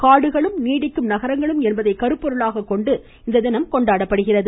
காடுகளும் நீடிக்கும் நகரங்களும் என்பதை கருப்பொருளாக கொண்டு இத்தினம் கொண்டாடப்படுகிறது